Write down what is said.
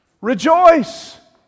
Rejoice